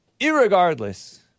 irregardless